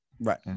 Right